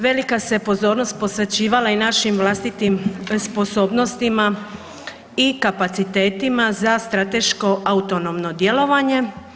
Velika se pozornost posvećivala i našim vlastitim sposobnostima i kapacitetima za strateško autonomno djelovanje.